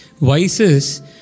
vices